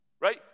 Right